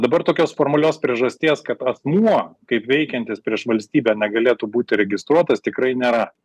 dabar tokios formalios priežasties kad asmuo kaip veikiantis prieš valstybę negalėtų būti registruotas tikrai nėra